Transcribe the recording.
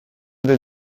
del